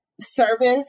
service